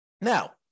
Now